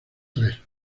tres